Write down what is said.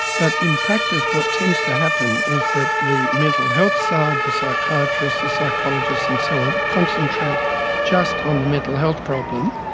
but in practice what tends to happen is that the mental health side, the psychiatrists, the psychologists and so on, concentrate just on the mental health problem.